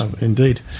Indeed